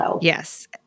Yes